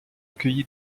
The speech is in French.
accueilli